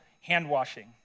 hand-washing